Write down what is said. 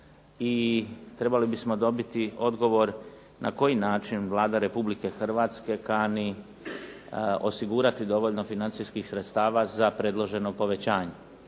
i trebali bismo dobiti odgovor na koji način Vlada Republike Hrvatske kani osigurati dovoljno financijskih sredstava za predloženo povećanje.